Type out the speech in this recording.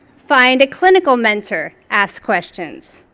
find a clinical mentor, ask questions.